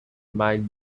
might